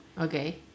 Okay